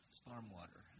stormwater